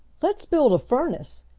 let's build a furnace,